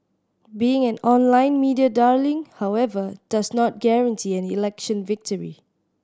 being an online media darling however does not guarantee an election victory